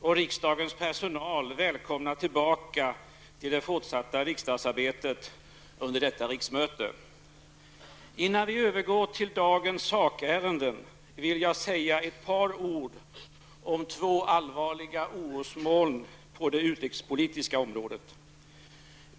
och riksdagens personal välkomna tillbaka till det fortsatta riksdagsarbetet under detta riksmöte. Innan vi övergår till dagens sakärende vill jag säga ett par ord om två allvarliga orosmoln på det utrikespolitiska området.